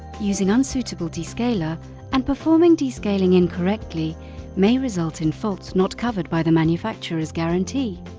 using unsuitable descaler and performing descaling incorrectly may result in faults not covered by the manufacturer's guarantee.